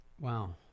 Wow